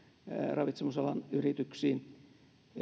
ravitsemisalan yrityksiin